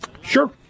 sure